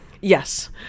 yes